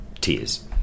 tears